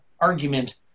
argument